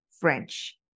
French